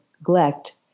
neglect